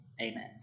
Amen